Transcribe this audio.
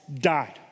died